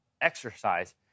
exercise